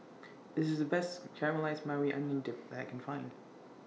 This IS The Best Caramelized Maui Onion Dip that I Can Find